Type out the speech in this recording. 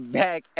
back